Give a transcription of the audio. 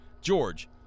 George